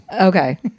Okay